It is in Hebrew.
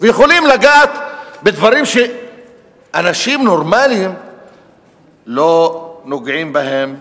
יכולים לגעת בדברים שאנשים נורמלים לא נוגעים בהם,